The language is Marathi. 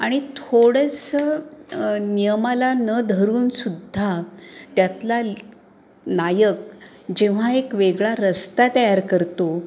आणि थोडंसं नियमाला न धरून सुद्धा त्यातला नायक जेव्हा एक वेगळा रस्ता तयार करतो